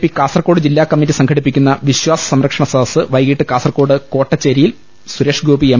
P Kasaragod ജില്ലാകമ്മറ്റി സംഘടിപ്പിക്കുന്ന വിശ്വാസ സംരക്ഷണ സദസ് വൈകിട്ട് കാസർകോട് കോട്ടച്ചേരിയിൽ സുരേഷ് ഗോപി എം